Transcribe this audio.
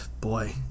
boy